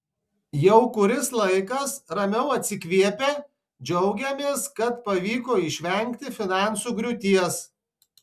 jau kuris laikas ramiau atsikvėpę džiaugiamės kad pavyko išvengti finansų griūties